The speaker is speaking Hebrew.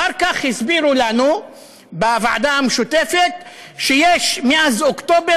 אחר כך הסבירו לנו בוועדה המשותפת שמאז אוקטובר